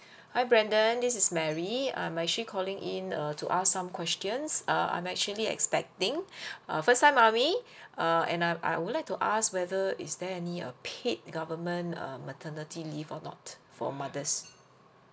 hi brandon this is mary I'm actually calling in uh to ask some questions uh I'm actually expecting uh first time mummy uh and um I would like to ask whether is there any uh paid government um maternity leave or not for mothers